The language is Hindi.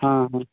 हाँ